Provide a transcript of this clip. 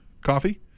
coffee